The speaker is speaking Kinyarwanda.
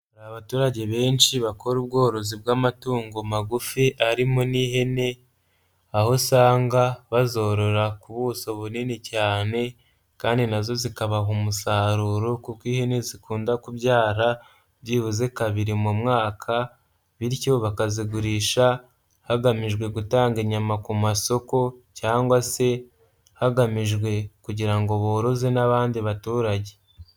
Abaturage benshi bakora ubworozi bw'amatungo magufi arimo n'ihene, aho usanga bazorora ku buso bunini cyane kandi nazo zikabaha umusaruro kuko ihene zikunda kubyara byibuze kabiri mu mwaka, bityo bakazigurisha hagamijwe gutanga inyama ku masoko cyangwa se hagamijwe kugira ngo boroze n'abandi baturage.